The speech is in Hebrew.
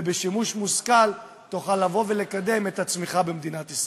ובשימוש מושכל תוכל לבוא ולקדם את הצמיחה במדינת ישראל.